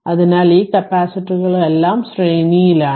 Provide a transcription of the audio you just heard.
അതിനാൽ ഈ കപ്പാസിറ്ററുകളെല്ലാം ശ്രേണിയിലാണ്